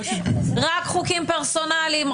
רק חוקים פרסונליים,